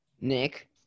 Nick